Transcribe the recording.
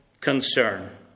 concern